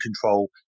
control